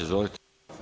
Izvolite.